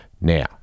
now